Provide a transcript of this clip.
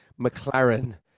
McLaren